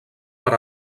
per